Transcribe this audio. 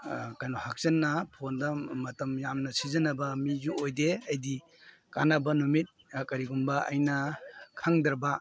ꯀꯩꯅꯣ ꯍꯛꯆꯤꯟꯅ ꯐꯣꯟꯗ ꯃꯇꯝ ꯌꯥꯝꯅ ꯁꯤꯖꯤꯟꯅꯕ ꯃꯤꯁꯨ ꯑꯣꯏꯗꯦ ꯑꯩꯗꯤ ꯀꯥꯟꯅꯕ ꯅꯨꯃꯤꯠ ꯀꯔꯤꯒꯨꯝꯕ ꯑꯩꯅ ꯈꯪꯗ꯭ꯔꯕ